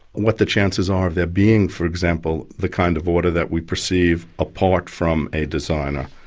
what the chances are of there being for example, the kind of order that we perceive, apart from a designer.